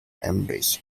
embrace